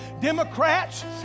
Democrats